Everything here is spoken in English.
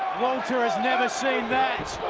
walter has never seen that.